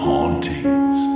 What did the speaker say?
Hauntings